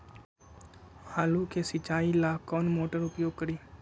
आलू के सिंचाई ला कौन मोटर उपयोग करी?